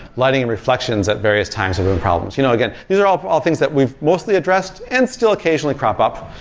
lighting and reflections at various times are doing problems. you know again, these are all all things that we've mostly addressed and still occasionally crop up.